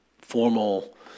formal